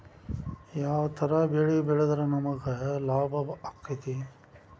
ಯಾವ ತರ ಬೆಳಿ ಬೆಳೆದ್ರ ನಮ್ಗ ಲಾಭ ಆಕ್ಕೆತಿ?